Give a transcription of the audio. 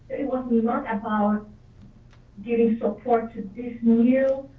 it was not about giving support to this new